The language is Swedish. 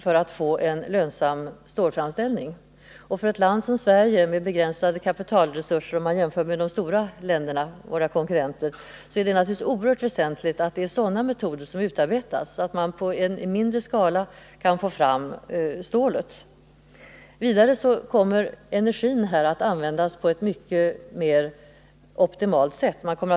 För ett litet land som Sverige med begränsade kapitalresurser — om man jämför med våra stora konkurrentländer — är det naturligtvis oerhört väsentligt att sådana metoder utarbetas som gör det möjligt att framställa stålet i mindre skala. Vidare får vi en mycket mer optimal användning av energin.